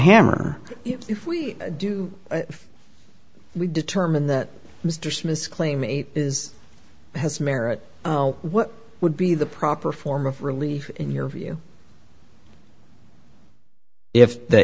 hammer if we do we determine that mr smith's claim is has merit what would be the proper form of relief in your view if the